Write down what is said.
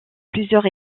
plusieurs